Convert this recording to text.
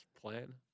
plan